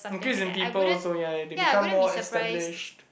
increase in people also ya they become more established